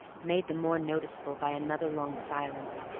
made the more noticeable by another long silence,